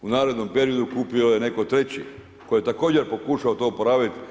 U narednom periodu kupio je netko treći koji je također pokušao to oporaviti.